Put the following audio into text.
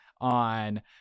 on